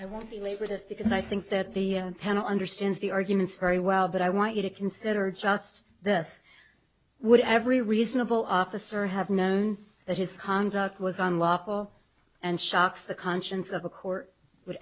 i won't belabor this because i think that the panel understands the arguments very well but i want you to consider just this would every reasonable officer have known that his conduct was unlawful and shocks the conscience of a court would